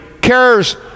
cares